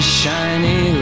shiny